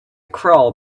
crawl